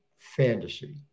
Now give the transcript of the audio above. Fantasy